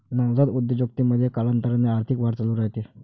नवजात उद्योजकतेमध्ये, कालांतराने आर्थिक वाढ चालू राहते